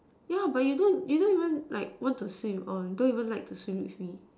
yeah but you don't you don't even like want to swim or don't even like to swim with me